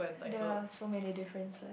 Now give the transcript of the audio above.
there're so many differences